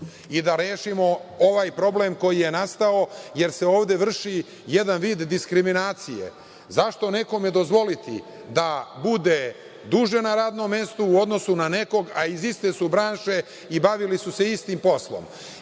i da rešimo ovaj problem koji je nastao, jer se ovde vrši jedan vid diskriminacije. Zašto nekome dozvoliti da bude duže na radnom mestu u odnosu na nekog, a iz iste su branše i bavili su se istim poslom